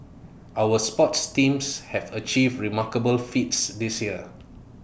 our sports teams have achieved remarkable feats this year